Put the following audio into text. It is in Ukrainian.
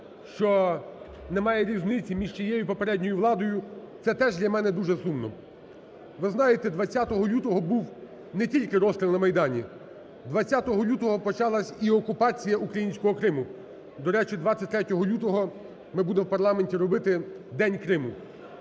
що немає різниці між цією і попередньою владою, це теж для мене дуже сумно. Ви знаєте, 20 лютого був не тільки розстріл на Майдані. 20 лютого почалася і окупація українського Криму. До речі, 23 лютого ми будемо в парламенті робити День Криму.